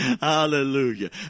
Hallelujah